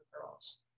girls